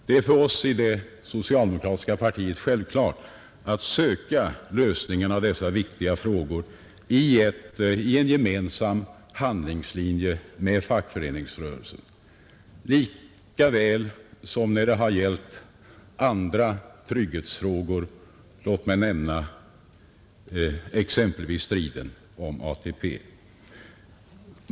Det är för oss i det socialdemokratiska partiet självklart att i en gemensam handlingslinje med fackföreningsrörelsen söka lösningen på dessa viktiga frågor lika väl som på andra trygghetsfrågor — låt mig nämna exempelvis striden om ATP.